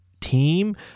team